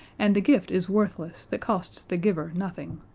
and the gift is worthless that costs the giver nothing.